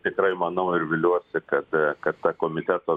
tikrai manau ir viliuosi kad kad ta komiteto